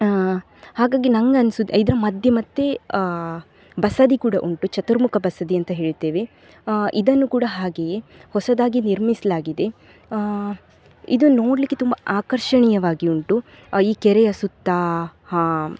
ಹಾಗಾಗಿ ನಂಗೆ ಅನ್ಸೋದು ಇದರ ಮಧ್ಯೆ ಮತ್ತು ಬಸದಿ ಕೂಡ ಉಂಟು ಚತುರ್ಮುಖ ಬಸದಿ ಅಂತ ಹೇಳ್ತೇವೆ ಇದನ್ನು ಕೂಡ ಹಾಗೆಯೇ ಹೊಸದಾಗಿ ನಿರ್ಮಿಸಲಾಗಿದೆ ಇದು ನೋಡಲಿಕ್ಕೆ ತುಂಬ ಆಕರ್ಷಣೀಯವಾಗಿ ಉಂಟು ಈ ಕೆರೆಯ ಸುತ್ತ ಆ